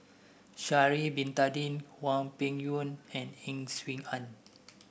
Sha'ari Bin Tadin Hwang Peng Yuan and Ang Swee Aun